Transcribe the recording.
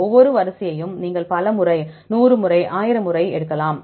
ஒவ்வொரு வரிசையும் நீங்கள் பல முறை 100 முறை 1000 முறை எடுக்கலாம்